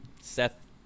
Seth